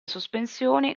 sospensioni